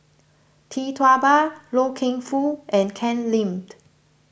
Tee Tua Ba Loy Keng Foo and Ken Limed